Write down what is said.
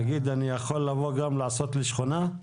אני יכול לבוא ולעשות שכונה?